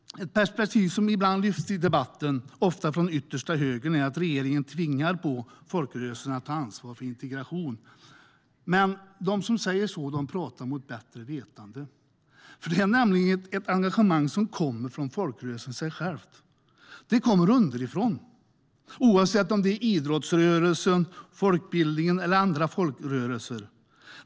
Ett perspektiv som ibland lyfts fram i debatten - ofta från yttersta högern - är att regeringen tvingar folkrörelsen att ta ansvar för integrationen. Men de som säger så gör det mot bättre vetande. Det är nämligen ett engagemang som kommer från folkrörelserna själva. Det kommer underifrån, oavsett om det är idrottsrörelsen, folkbildningen eller andra folkrörelser.